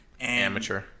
Amateur